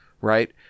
right